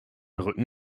rücken